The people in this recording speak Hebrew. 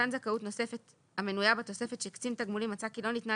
מתן זכאות נוספת המנויה בתוספת שקצין תגמולים מצא כי לא ניתנה